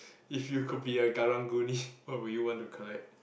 if you could be a Karang-Guni what would you want to collect